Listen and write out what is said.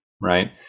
right